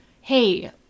hey